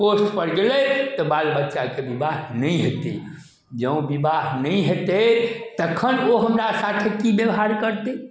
post पर गेलै तऽ बाल बच्चाके विवाह नहि हेतै जँ विवाह नहि हेतै तखन ओ हमरा साथे की ब्यबहार करतै